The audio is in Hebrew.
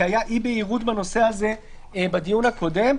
כי הייתה אי בהירות בנושא הזה בדיון הקודם.